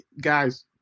guys